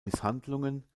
misshandlungen